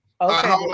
Okay